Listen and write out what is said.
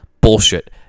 Bullshit